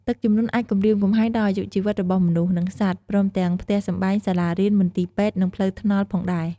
ទឹកជំនន់អាចគំរាមគំហែងដល់អាយុជីវិតរបស់មនុស្ស និងសត្វ ព្រមទាំងផ្ទះសម្បែង សាលារៀន មន្ទីរពេទ្យ និងផ្លូវថ្នល់ផងដែរ។